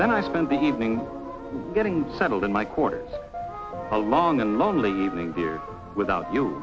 then i spent the evening getting settled in my corner a long and lonely evening here without you